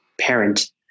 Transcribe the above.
parent